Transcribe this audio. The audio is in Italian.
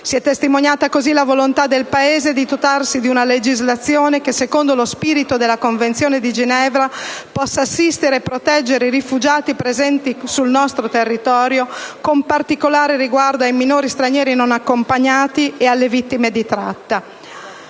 così testimoniata la volontà del Paese di dotarsi di una legislazione che, secondo lo spirito della Convenzione di Ginevra, possa assistere e proteggere i rifugiati presenti sul nostro territorio, con particolare riguardo ai minori stranieri non accompagnati e alle vittime di tratta.